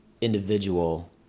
individual